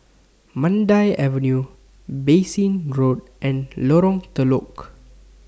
Mandai Avenue Bassein Road and Lorong Telok